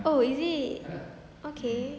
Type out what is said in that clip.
oh is it okay